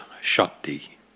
shakti